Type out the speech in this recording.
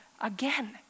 again